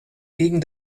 gegen